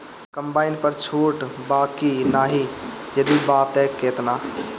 Combine पर छूट बा की नाहीं यदि बा त केतना?